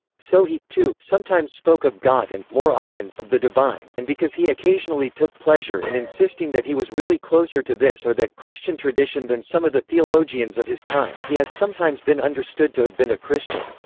so he, too, sometimes spoke of god and, more often, of the divine and because he occasionally took pleasure in insisting that he was really closer to this or that christian christian tradition than some of the theologians of his time, he has sometimes been understood to have been a christian.